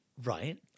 Right